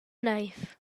neiv